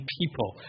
people